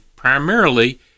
primarily